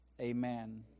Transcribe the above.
amen